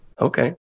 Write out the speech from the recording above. Okay